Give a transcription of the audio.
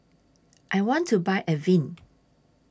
I want to Buy Avene